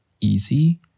easy